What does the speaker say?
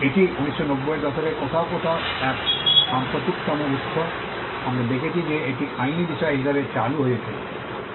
এটি 1990 এর দশকের কোথাও কোথাও এক সাম্প্রতিকতম উত্স আমরা দেখেছি যে এটি আইনী বিষয় হিসাবে চালু হয়েছিল